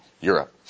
Europe